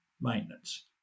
maintenance